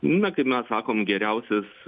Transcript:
na kaip mes sakom geriausias